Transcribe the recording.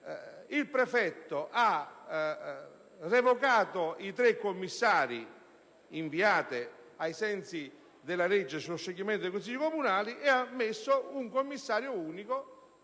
il prefetto ha revocato i tre commissari, previsti ai sensi della legge sullo scioglimento dei Consigli comunali, ed ha inviato un commissario unico.